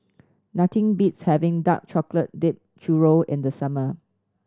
nothing beats having dark chocolate dipped churro in the summer